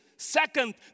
Second